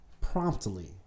Promptly